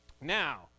Now